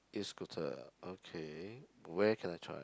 E-Scooter okay where can I try